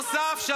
בנוסף,